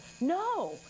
No